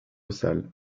sale